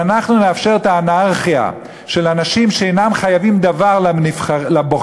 אם אנחנו נאפשר את האנרכיה של אנשים שאינם חייבים דבר לבוחרים,